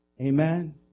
Amen